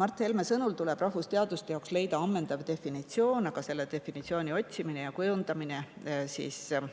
Mart Helme sõnas, et rahvusteaduste jaoks tuleb leida ammendav definitsioon, aga selle definitsiooni otsimine ja kujundamine ei saa